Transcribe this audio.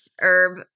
herb